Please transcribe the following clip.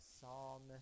Psalm